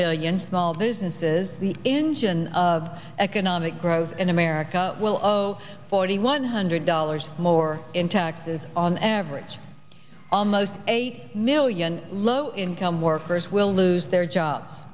million small businesses the engine of economic growth and america will owe forty one hundred dollars more in taxes on average almost eight million low income workers will lose their jobs